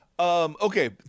Okay